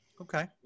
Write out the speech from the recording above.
Okay